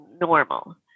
normal